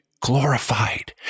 glorified